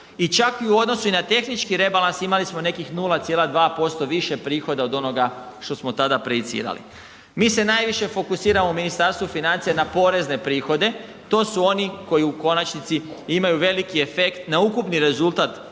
i čak i u odnosu i na tehnički rebalans imali smo nekih 0,2% više prihoda od onoga što smo tada prejicirali. Mi se najviše fokusiramo u Ministarstvu financija na porezne prihode, to su oni koji u konačnici imaju veliki efekt na ukupni rezultat